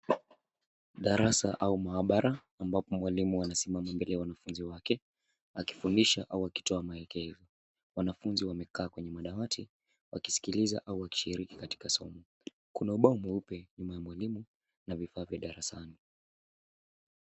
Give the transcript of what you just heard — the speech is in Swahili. Darasa au maabara ambapo mwalimu anasimama mbele ya wanafunzi wake akifundisha au akitoa maelekezo. Wanafunzi wamekaa kwenye madawati wakisikiliza au wakishiriki katika somo. Kuna ubao mweupe nyuma ya mwalimu na vifaa vya darasani.